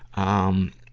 um,